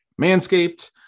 Manscaped